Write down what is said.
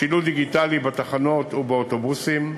שילוט דיגיטלי בתחנות או באוטובוסים,